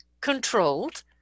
controlled